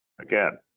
Again